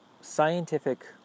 scientific